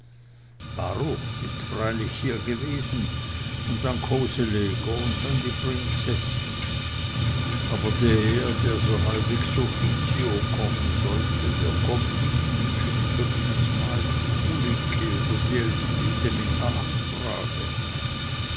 baruch ist freilich hiergewesen und dann koseleger und dann die prinzessin aber der der so halb ex officio kommen sollte der kommt nicht und schickt höchstens mal die kulicke oder die elfriede mit ner anfrage